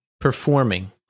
performing